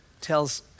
tells